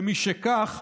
ומשכך,